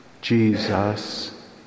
Jesus